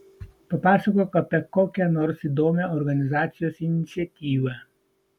papasakok apie kokią nors įdomią organizacijos iniciatyvą